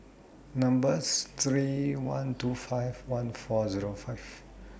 number's three one two five one four Zero five